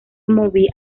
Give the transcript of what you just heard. movie